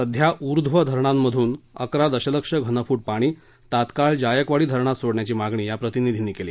सध्या उध्व धरणांमधून अकरा दशलक्ष घनफूट पाणी तात्काळ जायकवाडी धरणात सोडण्याची मागणी या प्रतिनिधींनी केली